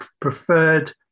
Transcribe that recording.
preferred